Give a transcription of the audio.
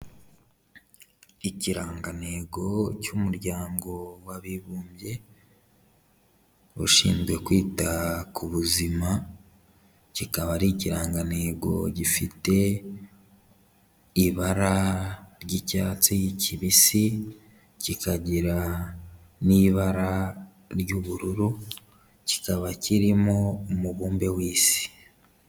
Ikirangantego cy'umuryango w'abibumbye ushinzwe kwita ku buzima, kikaba ari ikirangantego gifite ibara ry'icyatsi kibisi, kikagira n'ibara ry'ubururu, kikaba kirimo umubumbe w'isi.